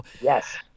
Yes